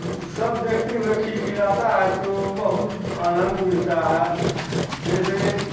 सब देखते हुए खिलखिलाता है तो बहुत आनंद मिलता है जैसे